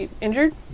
injured